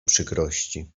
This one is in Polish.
przykrości